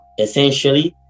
essentially